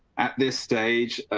at this stage,